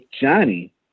johnny